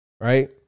Right